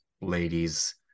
ladies